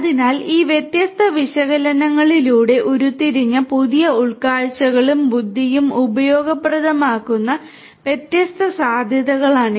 അതിനാൽ ഈ വ്യത്യസ്ത വിശകലനങ്ങളിലൂടെ ഉരുത്തിരിഞ്ഞ പുതിയ ഉൾക്കാഴ്ചകളും ബുദ്ധിയും ഉപയോഗപ്രദമാകുന്ന വ്യത്യസ്ത സാധ്യതകളാണിവ